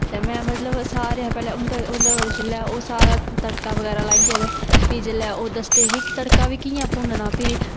ते में मतलब सारे शा पैह्लें उं'दे उं'दे कोल जेल्लै ओह् सारा तड़का बगैरा लाइयै ते फ्ही जेल्लै ओह् दसदे हे कि तड़का बी कि'यां भुन्नना फिरी